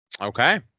Okay